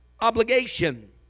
obligation